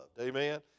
Amen